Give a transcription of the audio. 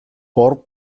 гурван